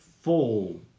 full